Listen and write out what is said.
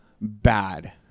bad